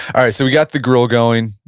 alright, so we got the grill going,